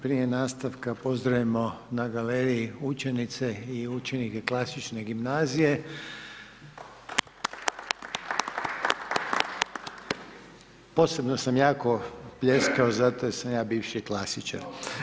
Prije nastavka pozdravimo na galeriji učenice i učenike Klasične gimnazije. Posebno sam jako pljeskao zato jer sam ja bivši klasičar.